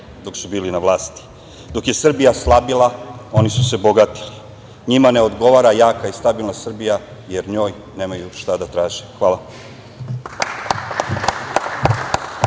dok su bili na vlasti. Dok je Srbija slabila oni su se bogatili. Njima ne odgovara jaka i stabilna Srbija, jer njoj nemaju šta da traže. Hvala.